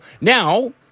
Now